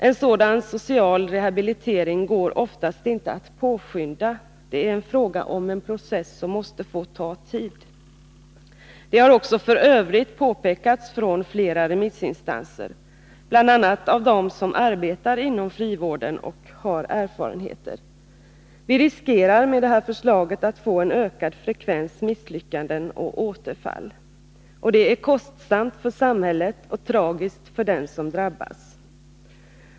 En sådan social rehabilitering går oftast inte att påskynda. Det är fråga om en process som måste få ta tid. Detta har också påpekats från flera remissinstanser, bl.a. av dem som arbetar inom frivården och har erfarenheter. Vi riskerar med det här förslaget att få en ökad frekvens misslyckanden och återfall. Det är kostsamt för samhället och tragiskt för dem som drabbas.